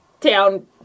town